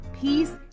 peace